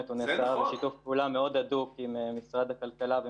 של נתוני תחלואה ולא דרך פריזמה של הקווים האדומים של מערכת הבריאות,